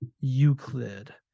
Euclid